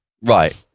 Right